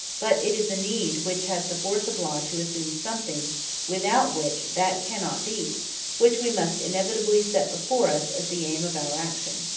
but it is a need which has the force of law to assume something without which that cannot be which we must inevitably set before us as the aim of our action.